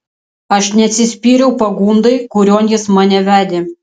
aš neatsispyriau pagundai kurion jis mane vedė